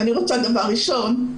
דבר ראשון,